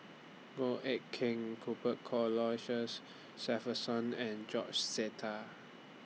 Goh Eck Kheng Cuthbert Shepherdson and George Sita